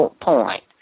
point